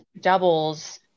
doubles